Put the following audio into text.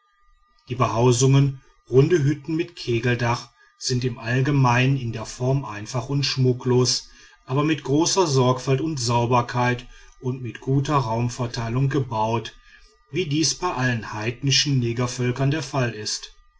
die behausungen runde hütten mit kegeldach sind im allgemeinen in der form einfach und schmucklos aber mit großer sorgfalt und sauberkeit und mit guter raumverteilung gebaut wie dies bei allen heidnischen negervölkern der fall ist